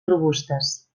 robustes